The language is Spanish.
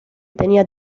tenía